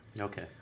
Okay